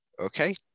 Okay